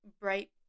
bright